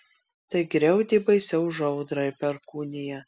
tai griaudė baisiau už audrą ir perkūniją